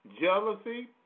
jealousy